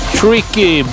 tricky